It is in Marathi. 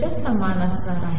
च्या समान असणार आहे